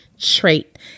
trait